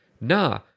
nah